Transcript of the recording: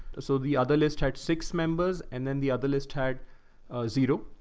so the other list had six members and then the other list had a zero.